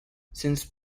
since